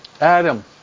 Adam